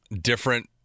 different